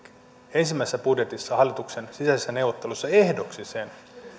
ensimmäisessä budjetissa hallituksen sisäisissä neuvotteluissa ehdoksi sen